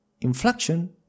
Inflation